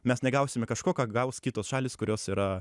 mes negausime kažko ką gaus kitos šalys kurios yra